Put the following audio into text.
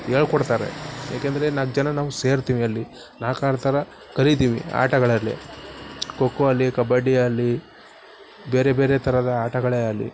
ಹೇಳ್ಕೊಡ್ತಾರೆ ಯಾಕೆಂದರೆ ನಾಲ್ಕು ಜನ ನಾವು ಸೇರ್ತೀವಿ ಅಲ್ಲಿ ನಾಲ್ಕಾರು ಥರ ಕಲಿತೀವಿ ಆಟಗಳಲ್ಲಿ ಖೋಖೋ ಆಗಲಿ ಕಬಡ್ಡಿ ಆಗಲಿ ಬೇರೆ ಬೇರೆ ಥರದ ಆಟಗಳೇ ಆಗಲಿ